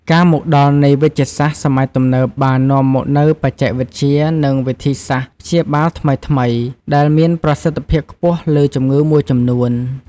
ការមកដល់នៃវេជ្ជសាស្ត្រសម័យទំនើបបាននាំមកនូវបច្ចេកវិទ្យា និងវិធីសាស្ត្រព្យាបាលថ្មីៗ ដែលមានប្រសិទ្ធភាពខ្ពស់លើជំងឺមួយចំនួន។